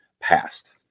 passed